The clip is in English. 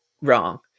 wrong